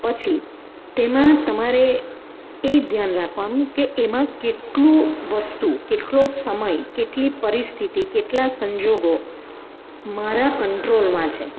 પછી તેમાં તમારે એ ધ્યાન રાખવાનું કે એમાં કેટલું વસ્તુ કેટલો સમય કેટલી પરિસ્થિતિ કેટલા સંજોગો મારા કંટ્રોલમાં છે